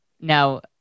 Now